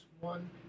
One